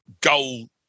goal